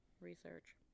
research